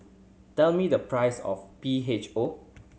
tell me the price of P H O